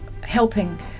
helping